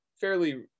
fairly